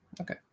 Okay